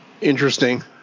Interesting